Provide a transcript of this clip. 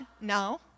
no